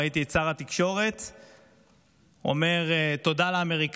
ראיתי את שר התקשורת אומר: תודה לאמריקנים,